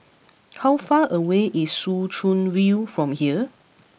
how far away is Soo Chow View from here